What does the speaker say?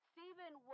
Stephen